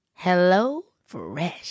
HelloFresh